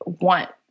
want